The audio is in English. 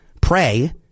pray